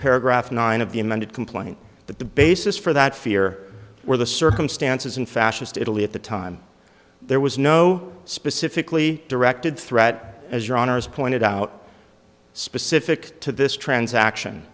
paragraph nine of the amended complaint that the basis for that fear were the circumstances in fascist italy at the time there was no specifically directed threat as your honour's pointed out specific to this transaction